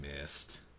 missed